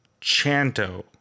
Chanto